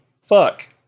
fuck